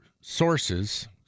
sources